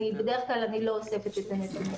בדרך כלל אני לא אוספת את הנתונים.